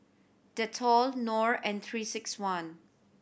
Dettol Knorr and Three Six One